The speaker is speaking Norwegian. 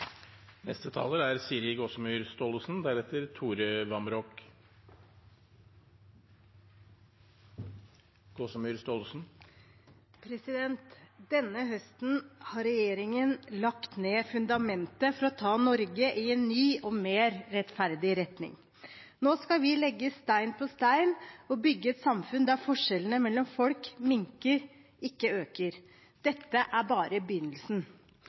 Denne høsten har regjeringen lagt fundamentet for å ta Norge i en ny og mer rettferdig retning. Nå skal vi legge stein på stein og bygge et samfunn der forskjellene mellom folk minker, ikke øker. Dette er bare begynnelsen.